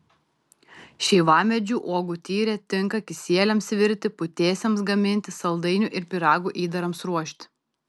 šeivamedžių uogų tyrė tinka kisieliams virti putėsiams gaminti saldainių ir pyragų įdarams ruošti